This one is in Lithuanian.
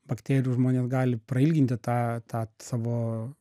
bakterijų žmonės gali prailginti tą tą t savo